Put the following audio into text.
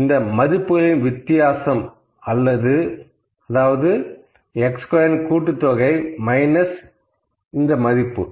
இந்த மதிப்புகளின் வித்தியாசம் அதாவது x ஸ்கொயர் கூட்டுத்தொகை மைனஸ் இது